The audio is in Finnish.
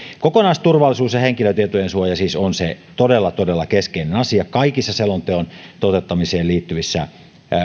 kokonaisturvallisuus ja henkilötietojen suoja siis on se todella todella keskeinen asia kaikissa selonteon toteuttamiseen liittyvissä